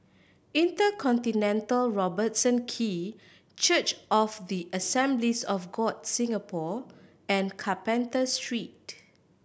InterContinental Robertson Quay Church of the Assemblies of God Singapore and Carpenter Street